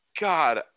God